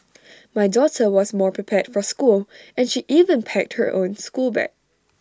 my daughter was more prepared for school and she even packed her own schoolbag